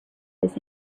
his